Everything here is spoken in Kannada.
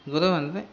ಗುರು ಅಂದರೆ